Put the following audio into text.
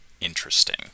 interesting